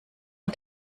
und